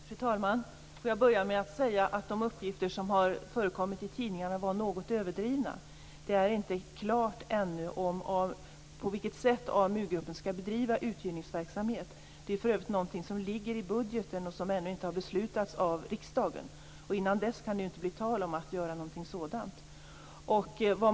Fru talman! Jag vill börja med att säga de uppgifter som har förekommit i tidningarna var något överdrivna. Det är ännu inte klart på vilket sätt AmuGruppen skall bedriva uthyrningsverksamhet. Det är för övrigt något som ligger i budgeten och som det ännu inte har fattats beslut om av riksdagen. Innan dess kan det ju inte bli tal om att göra någonting sådant.